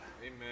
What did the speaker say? Amen